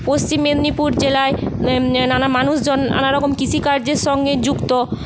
পশ্চিম মেদিনীপুর জেলায় নানা মানুষজন নানারকম কৃষিকার্যের সঙ্গে যুক্ত